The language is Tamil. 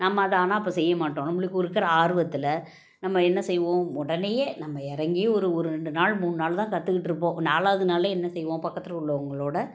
நம்ம அதை ஆனால் இப்போ செய்யமாட்டோம் நம்மளுக்கு இருக்கிற ஆர்வத்தில் நம்ம என்ன செய்வோம் உடனயே நம்ம இறங்கி ஒரு ஒரு ரெண்டு நாள் மூணு நாள்தான் கத்துக்கிட்டுருப்போம் நாலாவது நாள்லேயே என்ன செய்வோம் பக்கத்தில் உள்ளவங்களோடு